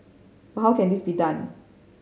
but how can this be done